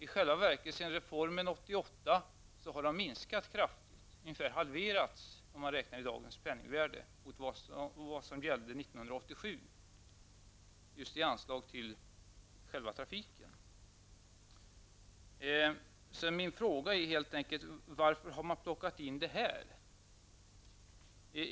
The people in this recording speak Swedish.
I själva verket sedan reformen 1988 har de minskat kraftigt, närmare halverats om man räknar i dagens penningvärde mot vad som gällde 1987. Det gäller anslaget till själva trafiken. Min fråga är helt enkelt: Varför har man plockat in det här?